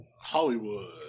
Hollywood